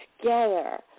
together